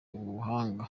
ubuhamya